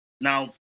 Now